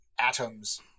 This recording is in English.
atoms